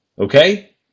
okay